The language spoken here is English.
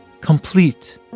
complete